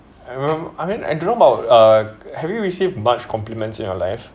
I remem~ I mean I don't know about uh have you received much compliments in your life